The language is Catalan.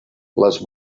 les